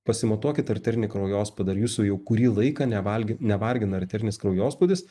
pasimatuokit arterinį kraujospūdį ar jūsų jau kurį laiką nevalgi nevargina arterinis kraujospūdis